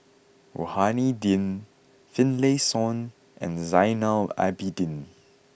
Rohani Din Finlayson and Zainal Abidin